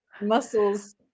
muscles